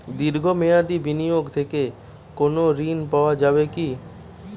দীর্ঘ মেয়াদি বিনিয়োগ থেকে কোনো ঋন পাওয়া যাবে কী?